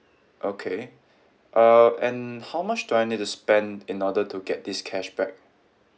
okay uh and how much do I need to spend in order to get this cashback